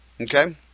Okay